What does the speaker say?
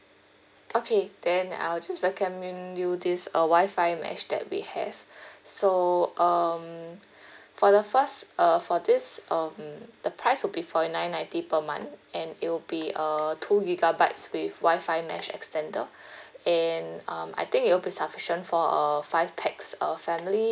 okay then I'll just recommend you this uh Wi-Fi mesh that we have so um for the first uh for this um the price would be forty nine ninety per month and it will be err two gigabytes with Wi-Fi mesh extender and um I think it will be sufficient for a five pax uh family